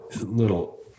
little